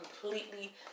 completely